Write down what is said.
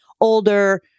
older